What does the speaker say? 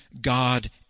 God